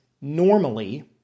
normally